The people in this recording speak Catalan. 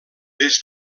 des